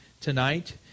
tonight